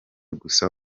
gusa